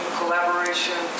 collaboration